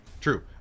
True